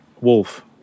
wolf